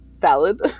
valid